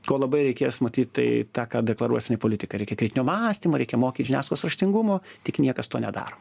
ko labai reikės matyt tai tą ką deklaruosim į politiką reikia kritinio mąstymo reikia mokyt žiniasklaidos raštingumo tik niekas to nedaro